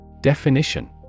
Definition